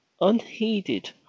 unheeded